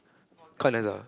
quite nice ah